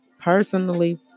Personally